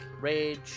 rage